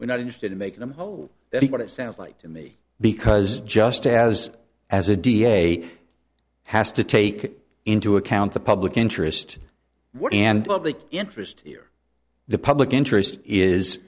we're not interested in making them whole that's what it sounds like to me because just as as a da has to take into account the public interest and public interest here the public interest is